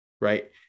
right